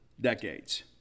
decades